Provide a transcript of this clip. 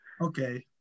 Okay